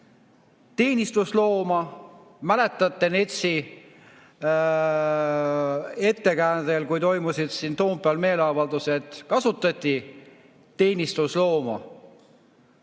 teenistuslooma ... Mäletate, NETS-i ettekäändel, kui toimusid siin Toompeal meeleavaldused, kasutati teenistuslooma.